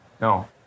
No